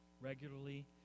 regularly